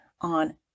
on